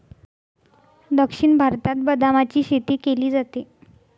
दक्षिण भारतात बदामाची शेती केली जाते